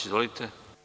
Izvolite.